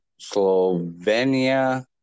Slovenia